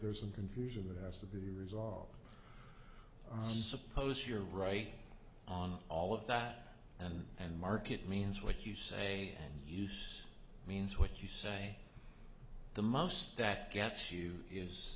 there's some confusion that has to be resolved i suppose you're right on all of that and and mark it means what you say use means what you say the most that gets you is